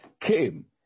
came